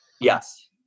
Yes